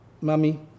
Mummy